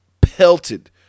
pelted